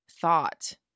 thought